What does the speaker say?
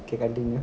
okay continue